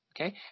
okay